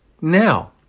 Now